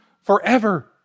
Forever